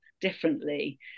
differently